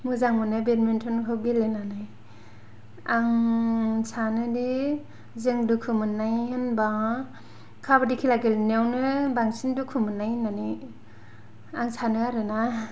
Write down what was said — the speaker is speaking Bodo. मोजां मोनो बेडमिनट'नखौ गेलेनानै आं सानोदि जों दुखु मोननाय होनबा काबाद्दि खेला गेलेनायावनो बांसिन दुखु मोननाय होननानै आं सानो आरो ना